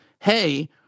hey